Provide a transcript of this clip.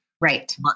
Right